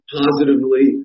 positively